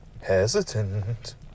hesitant